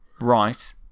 Right